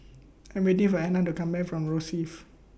I Am waiting For Ena to Come Back from Rosyth